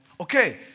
Okay